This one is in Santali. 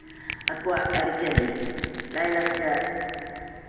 ᱟᱠᱚᱣᱟᱜ ᱟᱹᱨᱤᱪᱟᱹᱞᱤ ᱞᱟᱭᱼᱞᱟᱠᱪᱟᱨ